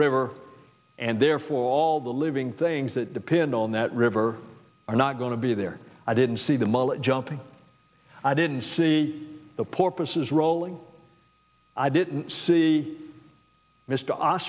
river and therefore all the living things that depend on that river are not going to be there i didn't see the mullet jumping i didn't see the porpoises rolling i didn't see mr